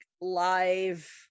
live